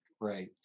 Right